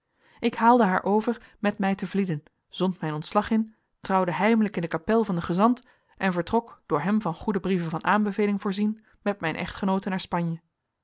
ik haalde haar over met mij te vlieden zond mijn ontslag in trouwde heimelijk in de kapel van den gezant en vertrok door hem van goede brieven van aanbeveling voorzien met mijn echtgenoote naar spanje